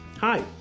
Hi